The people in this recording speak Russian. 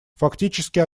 фактически